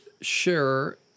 share